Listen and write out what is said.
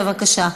בבקשה.